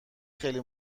خیلی